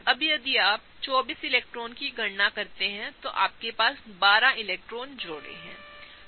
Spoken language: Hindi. अब यदि आप 24 इलेक्ट्रॉनों की गणना करते हैं तो आपके पास जो 12 इलेक्ट्रॉन जोड़े हैं ठीक है